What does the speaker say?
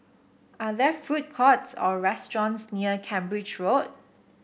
are there food courts or restaurants near Cambridge Road